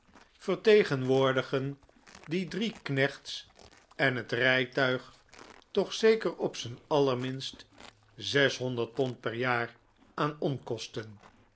vertegenwoordigen die drie knechts en het rijtuig toch zeker op zijn allerminst zeshonderd pond per jaar aan onkosten